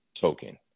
token